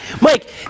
Mike